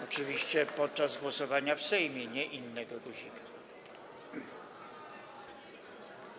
Oczywiście podczas głosowania w Sejmie, nie innego guzika.